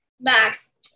Max